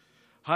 הצהרות,